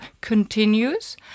continues